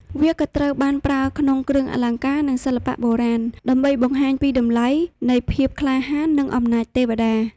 វាក៏ត្រូវបានប្រើក្នុងគ្រឿងអលង្ការ និងសិល្បៈបុរាណ ដើម្បីបង្ហាញពីតម្លៃនៃភាពក្លាហាន និងអំណាចទេវតា។